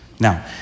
Now